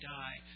die